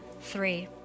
three